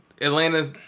Atlanta